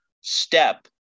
step